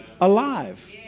alive